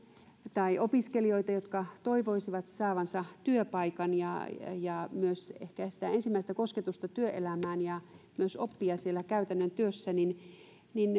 tai opiskelijoita jotka toivoisivat saavansa työpaikan ja myös ehkä sitä ensimmäistä kosketusta työelämään ja myös oppivansa siellä käytännön työssä niin niin